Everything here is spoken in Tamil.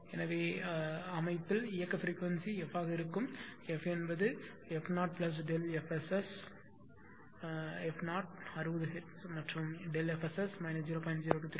எனவே அமைப்பு இயக்க பிரிக்வன்சி f ஆக இருக்கும் f 0ΔF SS f 0 60 Hz மற்றும் ΔF SS 0